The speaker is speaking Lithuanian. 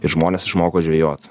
žmonės išmoko žvejot